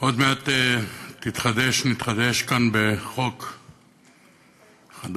עוד מעט נתחדש כאן בחוק חדש,